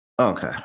Okay